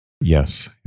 Yes